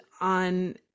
on